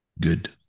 good